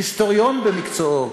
היסטוריון במקצועו,